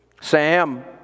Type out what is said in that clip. Sam